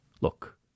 look